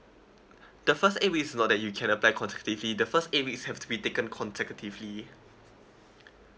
the first eight weeks is not that you can apply constructively the first eight weeks have to be taken consecutively